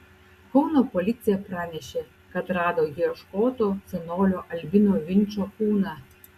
kauno policija pranešė kad rado ieškoto senolio albino vinčo kūną